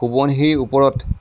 সোৱণশিৰিৰ ওপৰত